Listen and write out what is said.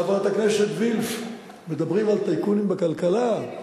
חברת הכנסת וילף, מדברים על טייקונים בכלכלה?